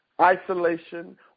isolation